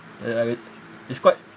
uh it's quite